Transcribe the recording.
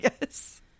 Yes